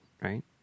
right